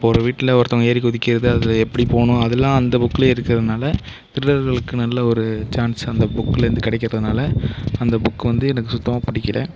இப்போ ஒரு வீட்டில் ஒருத்தன் ஏறி குதிக்கிறது அது எப்படி போகணும் அதெல்லாம் அந்த புக்கிலையே இருக்கறதுனால் திருடர்களுக்கு நல்ல ஒரு சான்ஸ் அந்த புக்லேருந்து கிடைக்கறதுனால அந்த புக்கு வந்து எனக்கு சுத்தமாக பிடிக்கல